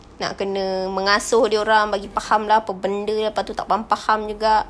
nak kena mengasuh dia orang bagi faham lah apa benda lah lepas itu tak faham-faham juga